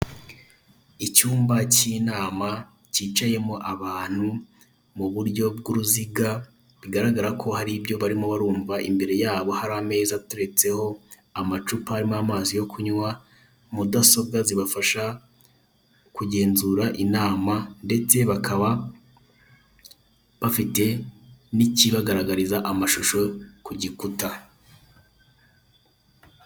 Icyumba cy'inama cyicayemo abantu mu buryo bw'uruziga, bigaragara ko hari ibyo barimo barumva, imbere yabo hari ameza ateretseho amacupa arimo amazi yo kunywa, mudasobwa zibafasha kugenzura inama, ndetse bakaba bafite n'ikibagaragariza amashusho ku gikuta.